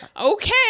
Okay